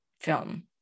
film